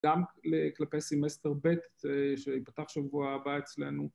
‫גם כלפי סמסטר ב' ‫שייפתח שבוע הבא אצלנו.